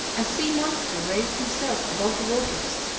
a sea-monster raised himself above the waters,